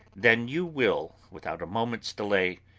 then you will, without a moment's delay,